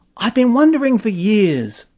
i've been wondering for years,